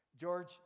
george